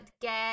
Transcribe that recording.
get